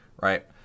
Right